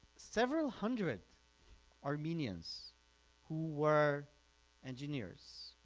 several hundred armenians who were engineers,